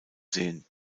sehen